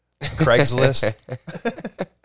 Craigslist